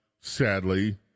sadly